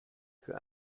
für